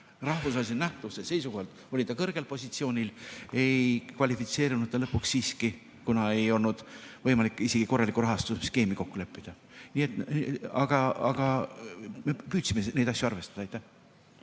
rahvusvahelise nähtavuse seisukohalt oli ta kõrgel positsioonil, ei kvalifitseerunud ta lõpuks siiski. Ei olnud võimalik isegi korralikku rahastuse skeemi kokku leppida. Aga me püüdsime neid asju arvestada. Aitäh,